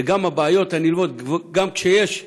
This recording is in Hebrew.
וגם הבעיות הנלוות, גם כשיש סייעת,